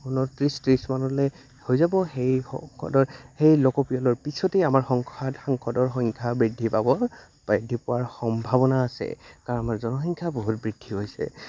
ঊনত্ৰিছ ত্ৰিছ মানলে হৈ যাব সেই সংসদৰ সেই লোকপিয়লৰ পিছতেই আমাৰ সংসাদ সংসদৰ সংখ্যা বৃদ্ধি পাব বৃদ্ধি পোৱাৰ সম্ভাৱনা আছে কাৰণ আমাৰ জনসংখ্যা বহুত বৃদ্ধি হৈছে